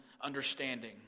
understanding